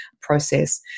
process